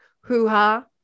hoo-ha